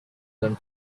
them